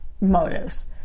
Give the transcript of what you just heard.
motives